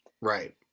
Right